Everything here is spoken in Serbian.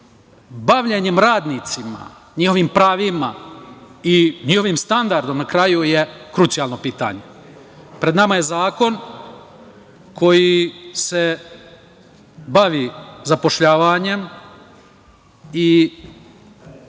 bavljenje radnicima, njihovim pravima i njihovim standardom, na kraju, je krucijalno pitanje. Pred nama je zakon koji se bavi zapošljavanjem i ja moram